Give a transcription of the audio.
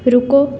ਰੁਕੋ